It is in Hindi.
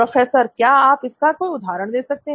प्रोफेसर क्या आप इसका कोई उदाहरण दे सकते हैं